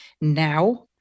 now